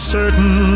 certain